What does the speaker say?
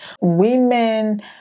women